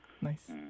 Nice